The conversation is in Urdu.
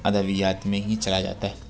ادویات میں ہی چلا جاتا ہے